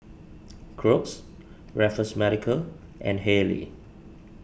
Crocs Raffles Medical and Haylee